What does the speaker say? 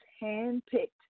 hand-picked